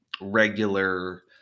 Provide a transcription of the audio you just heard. regular